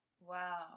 wow